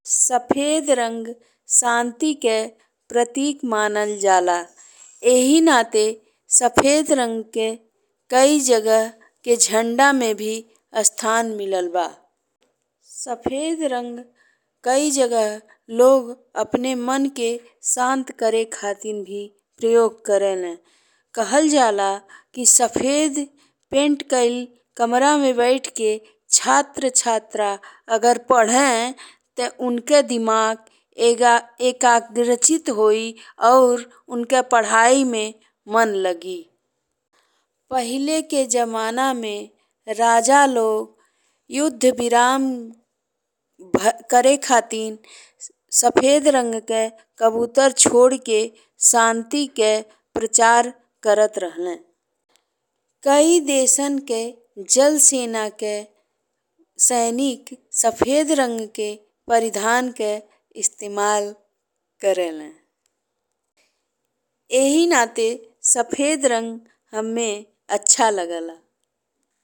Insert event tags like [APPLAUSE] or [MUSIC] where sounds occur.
सफेद रंग शांति के प्रतीक मानल जाला। इही नाते सफेद रंग के कई जगह के झंडा में भी स्थान मिला बा। सफेद रंग कई जगह लोग अपने मन के शांत करे खातिर भी प्रयोग करेला। कहल जाला कि सफेद पेंट कईल कमरा में बैठ के छात्र-छात्रा अगर पढ़े ते उनके दिमाग [HESITATION] एकाग्रचित्त होई और उनके पढ़ाई में मन लागी। पहिले के जमाना में राजा लोग युद्ध विराम [HESITATION] करे खातिर सफेद रंग के कबूतर छोड़ि के शांति के प्रचार करत रहले। कई देशन के जल सेना के सैनिक सफेद रंग के परिधान के इस्तेमाल करेला। इही नाते सफेद रंग हम्मे अच्छा लागेला।